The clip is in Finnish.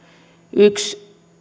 yksi